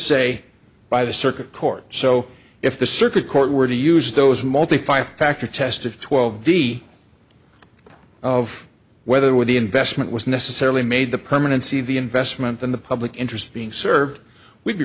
say by the circuit court so if the circuit court were to use those multi five factor test of twelve v of whether were the investment was necessarily made the permanency of the investment in the public interest being served we'd be